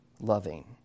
loving